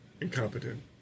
Incompetent